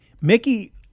Mickey